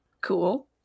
Cool